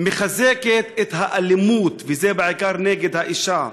מחזקת את האלימות, וזה בעיקר נגד האישה,